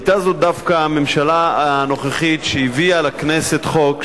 היתה זאת דווקא הממשלה הנוכחית שהביאה לכנסת חוק,